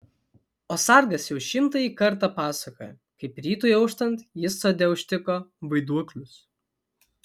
o sargas jau šimtąjį kartą pasakojo kaip rytui auštant jis sode užtiko vaiduoklius